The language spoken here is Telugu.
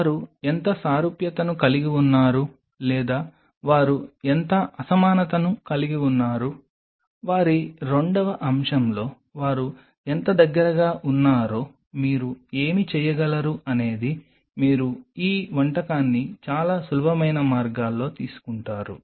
వారు ఎంత సారూప్యతను కలిగి ఉన్నారు లేదా వారు ఎంత అసమానతను కలిగి ఉన్నారు వారి రెండవ అంశంలో వారు ఎంత దగ్గరగా ఉన్నారో మీరు ఏమి చేయగలరు అనేది మీరు ఈ వంటకాన్ని చాలా సులభమైన మార్గాల్లో తీసుకుంటారు